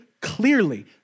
clearly